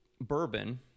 bourbon